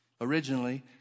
originally